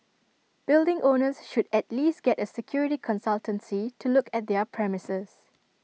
building owners should at least get A security consultancy to look at their premises